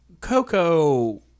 Coco